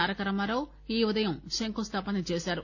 తారక రామారావు ఈ ఉదయం శంకుస్థాపన చేశారు